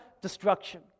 destruction